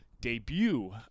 debut